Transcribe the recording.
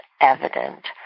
evident